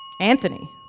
Anthony